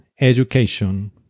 education